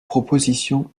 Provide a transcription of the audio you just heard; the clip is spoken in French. propositions